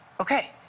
Okay